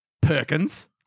Perkins